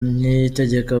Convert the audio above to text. niyitegeka